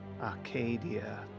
Arcadia